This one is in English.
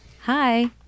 hi